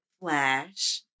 Flash